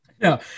No